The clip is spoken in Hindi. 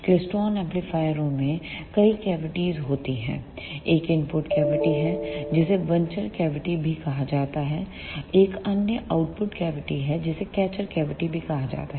क्लेस्ट्रॉन एम्पलीफायरों में कई कैविटीज़ होती हैं एक इनपुट कैविटी है जिसे बचर कैविटी भी कहा जाता है एक अन्य आउटपुट कैविटी है जिसे कैचर कैविटी भी कहा जाता है